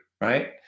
right